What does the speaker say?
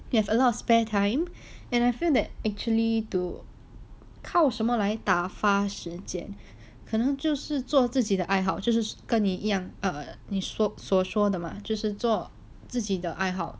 可能就是做自己的爱好就是跟你一样 err 你所说的吗就是做自己的爱好